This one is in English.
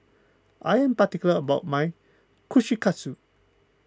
I am particular about my Kushikatsu